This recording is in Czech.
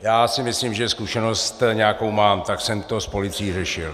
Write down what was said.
Já si myslím, že zkušenost nějakou mám, tak jsem to s policií řešil.